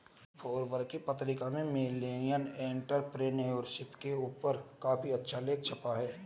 Forbes की पत्रिका में मिलेनियल एंटेरप्रेन्योरशिप के ऊपर काफी अच्छा लेख छपा है